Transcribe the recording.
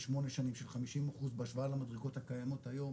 שמונה שנים של 50 אחוז בהשוואה למדרגות הקיימות היום